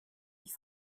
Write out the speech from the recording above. ich